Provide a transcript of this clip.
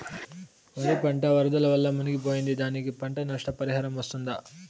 వరి పంట వరదల వల్ల మునిగి పోయింది, దానికి పంట నష్ట పరిహారం వస్తుందా?